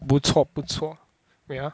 不错不错 wait ah